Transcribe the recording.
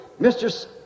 Mr